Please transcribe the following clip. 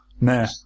Nah